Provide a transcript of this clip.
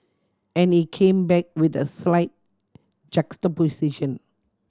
and he came back with a slight juxtaposition